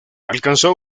alcanzó